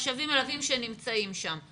15 שנים של חשבים מלווים שנמצאים שם.